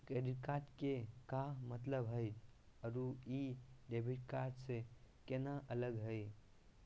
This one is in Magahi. क्रेडिट कार्ड के का मतलब हई अरू ई डेबिट कार्ड स केना अलग हई?